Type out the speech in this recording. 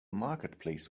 marketplace